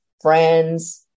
friends